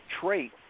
trait